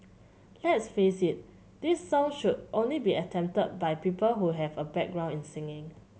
let's face it this song should only be attempted by people who have a background in singing